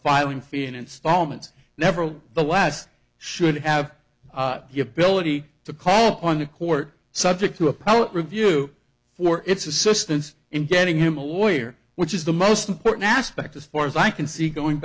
filing fee in installments never the last should have the ability to call on the court subject to appellate review for its assistance in getting him a lawyer which is the most important aspect as far as i can see going